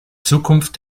zukunft